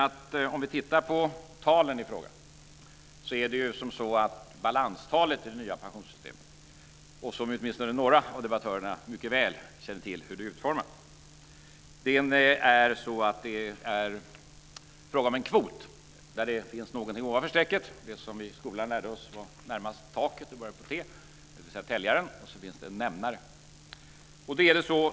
Det tal det är fråga om är balanstalet i det nya pensionssystemet, och åtminstone några av debattörerna känner mycket väl till hur det är utformat. Det är fråga om en kvot där det finns någonting ovanför strecket, det som vi i skolan lärde oss var närmast taket och började på T, dvs. täljaren, och så finns det en nämnare.